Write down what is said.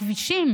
הכבישים